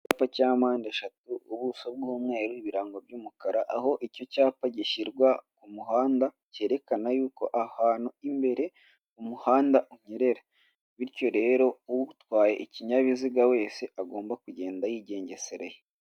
Icyapa cya mpandeshatu, ubuso bw'umweru, ibirango by'umukara, aho icyo cyapa gishyirwa ku muhanda cyerekana yuko ahantu imbere umuhanda unyerera, bityo rero utwaye ikinyabiziga wese agomba kugenda yigengesereye.